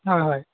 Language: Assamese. হয় হয়